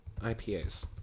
IPAs